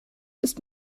ist